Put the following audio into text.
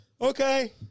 Okay